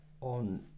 on